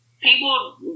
People